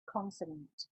consonant